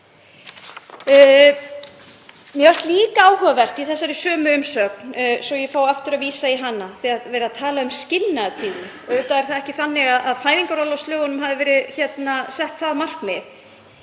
Mér finnst líka áhugavert í þessari sömu umsögn, svo ég fái aftur að vísa í hana, þegar er verið að tala um skilnaðartíðni. Auðvitað er það ekki þannig að fæðingarorlofslögin hafi verið sett með það